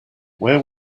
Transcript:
where